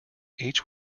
each